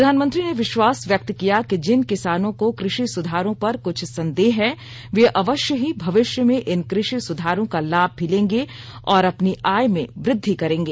प्रधानमंत्री ने विश्वास व्यक्त किया कि जिन किसानों को कृषि सुधारों पर कुछ संदेह है वे अवश्य ही भविष्य में इन कृषि सुधारों का लाभ भी लेंगे और अपनी आय में वृद्वि करेंगे